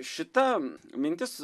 šita mintis